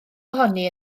ohoni